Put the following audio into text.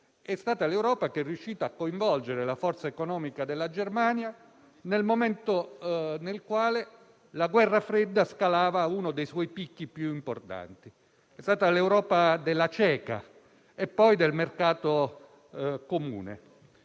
dopo il periodo bellico e a coinvolgere la forza economica della Germania nel momento nel quale la guerra fredda scalava uno dei suoi picchi più importanti. È stata l'Europa della CECA e poi del Mercato europeo